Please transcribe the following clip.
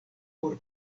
por